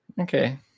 Okay